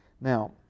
Now